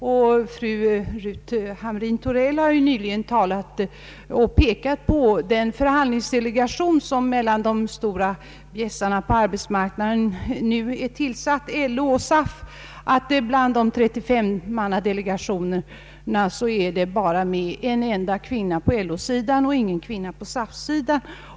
Fru Ruth Hamrin Thorell har nyligen pekat på att det i den förhandlingsdelegation bestående av 35 ledamöter som tillsatts mellan de stora bjässarna på arbetsmarknaden, nämligen LO och SAF, bara finns en enda kvinna på LO-sidan och ingen kvinna på SAF-sidan.